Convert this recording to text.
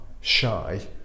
shy